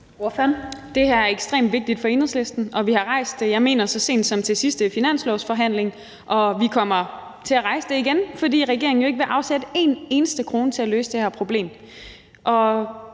Det her er ekstremt vigtigt for Enhedslisten, og vi har rejst det, jeg mener så sent som til sidste finanslovsforhandling, og vi kommer til at rejse det igen, fordi regeringen jo ikke vil afsætte en eneste krone til at løse det her problem.